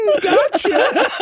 Gotcha